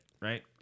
right